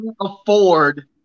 afford